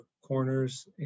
corners